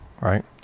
right